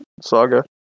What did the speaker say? saga